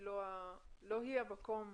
לא היא המקום